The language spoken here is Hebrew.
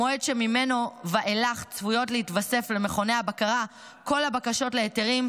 המועד שממנו ואילך צפויות להתווסף למכוני הבקרה כל הבקשות להיתרים,